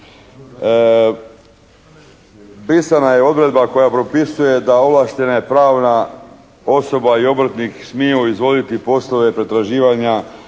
pisana je odredba koja propisuje da ovlaštena i pravna osoba i obrtnik smiju izvoditi poslove pretraživanja